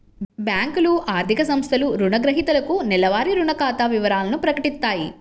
బ్యేంకులు, ఆర్థిక సంస్థలు రుణగ్రహీతలకు నెలవారీ రుణ ఖాతా వివరాలను ప్రకటిత్తాయి